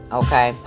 okay